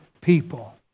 people